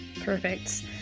perfect